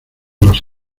los